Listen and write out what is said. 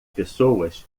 pessoas